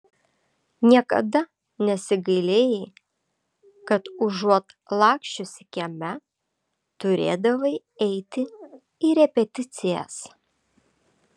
niekada nesigailėjai kad užuot laksčiusi kieme turėdavai eiti į repeticijas